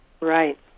right